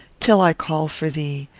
till i call for thee,